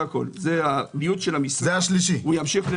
זה העובד השלישי.